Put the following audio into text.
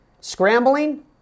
scrambling